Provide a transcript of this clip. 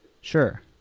Sure